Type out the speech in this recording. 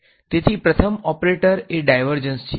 તેથી પ્રથમ ઓપરેટર એ ડાયવર્ઝન્સ છે